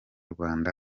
rwanda